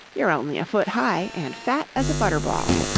you're only a foot high and fat as a butter ball.